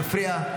מפריע.